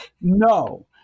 No